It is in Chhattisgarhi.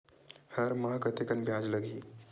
हर माह कतेकन ब्याज लगही?